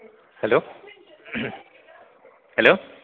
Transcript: hello hello